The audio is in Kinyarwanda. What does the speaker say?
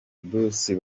bruce